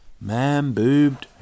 man-boobed